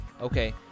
Okay